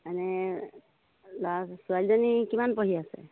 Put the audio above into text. মনেে ল'ৰা ছোৱালীজনী কিমান পঢ়ি আছে